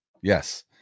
Yes